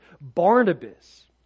Barnabas